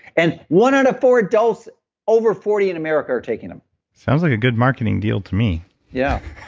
and one out of four adults over forty in america are taking them sounds like a good marketing deal to me yeah